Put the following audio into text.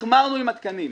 החמרנו עם התקנים,